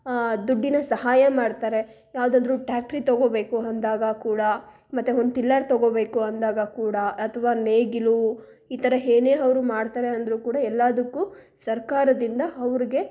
ದುಡ್ಡಿನ ಸಹಾಯ ಮಾಡ್ತಾರೆ ಯಾವ್ದಾದ್ರು ಟ್ಯಾಕ್ಟ್ರಿ ತಗೋಬೇಕು ಅಂದಾಗ ಕೂಡ ಮತ್ತು ಒಂದು ಟಿಲ್ಲರ್ ತಗೋಬೇಕು ಅಂದಾಗ ಕೂಡ ಅಥವಾ ನೇಗಿಲು ಈ ಥರ ಏನೇ ಅವ್ರು ಮಾಡ್ತಾರೆ ಅಂದರೂ ಕೂಡ ಎಲ್ಲಾದಕ್ಕೂ ಸರ್ಕಾರದಿಂದ ಅವ್ರ್ಗೆ